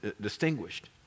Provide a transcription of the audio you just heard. distinguished